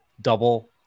double